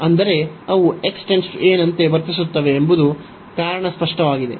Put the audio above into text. ಅಂದರೆ ಅವು x → a ನಂತೆ ವರ್ತಿಸುತ್ತವೆ ಎಂಬುದು ಕಾರಣ ಸ್ಪಷ್ಟವಾಗಿದೆ